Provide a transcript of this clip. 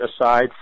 aside